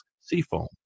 seafoam